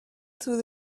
through